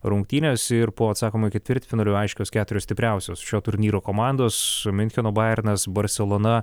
rungtynės ir po atsakomojo ketvirtfinalio aiškios keturios stipriausios šio turnyro komandos miuncheno bajernas barselona